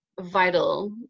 vital